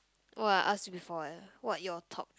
oh I asked you before what what your top